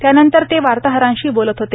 त्यानंतर ते वार्ताहरांशी बोलत होते